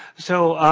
so,